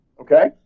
Okay